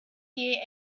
gear